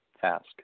task